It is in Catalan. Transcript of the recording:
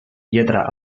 lletra